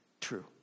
true